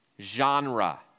Genre